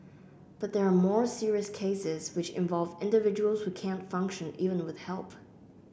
but there are more serious cases which involve individuals who can't function even with help